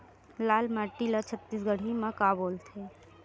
लाल माटी ला छत्तीसगढ़ी मा का बोलथे?